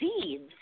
seeds